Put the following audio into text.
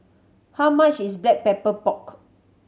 how much is Black Pepper Pork